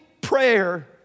prayer